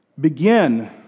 begin